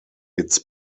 its